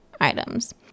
items